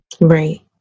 Right